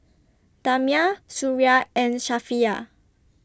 Damia Suria and Safiya